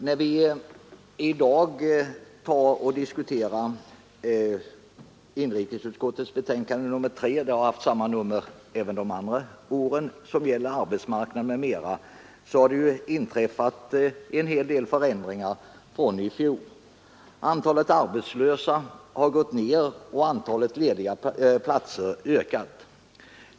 Herr talman! När vi i dag diskuterar inrikesutskottets betänkande nr 3 — betänkandena angående arbetsmarknadspolitiken m.m. har även under tidigare år haft samma nummer — har det inträffat en hel del förändringar sedan i fjol. Antalet arbetslösa har minskat och antalet lediga platser har ökat.